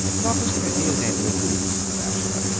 not as pretty as any of you, said the bachelor,